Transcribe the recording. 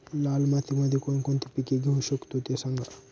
लाल मातीमध्ये कोणकोणती पिके घेऊ शकतो, ते सांगा